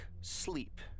sleep